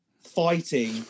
fighting